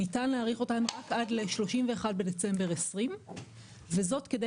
ניתן להאריך אותן עד ל-30 בדצמבר 2020 וזאת כדי